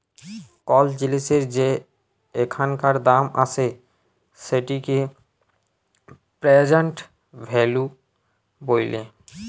call জিলিসের যে এখানকার দাম আসে সেটিকে প্রেজেন্ট ভ্যালু ব্যলে